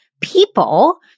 people